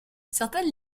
certaines